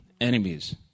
enemies